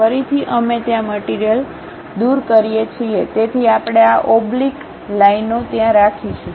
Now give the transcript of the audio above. ફરીથી અમે ત્યાં મટીરીયલ દૂર કરી એ છે તેથી આપણે આ ઓબ્લીક લાઇનો ત્યાં રાખીશું